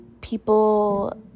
people